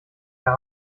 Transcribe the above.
mehr